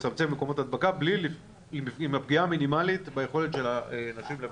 לצמצם מקומות הדבקה עם הפגיעה המינימלית ביכולת של האנשים לתפקד.